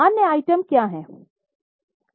अन्य आइटम क्या हैं